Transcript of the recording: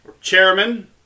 Chairman